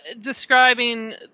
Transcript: describing